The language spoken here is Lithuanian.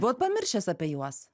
buvot pamiršęs apie juos